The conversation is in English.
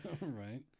Right